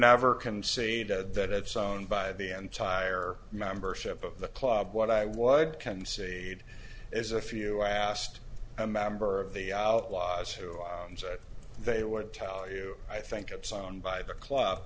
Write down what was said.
never conceded that it's owned by the end tire membership of the club what i would concede is a few i asked a member of the outlaws who said they would tell you i think it's owned by the club